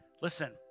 Listen